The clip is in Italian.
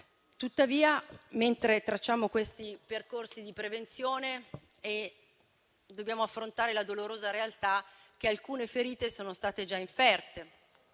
Tuttavia, mentre tracciamo questi percorsi di prevenzione, dobbiamo affrontare la dolorosa realtà che alcune ferite sono state già inferte.